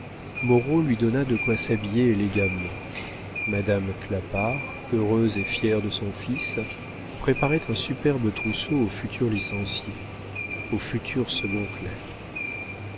moreau lui donna de quoi s'habiller élégamment madame clapart heureuse et fière de son fils préparait un superbe trousseau au futur licencié au futur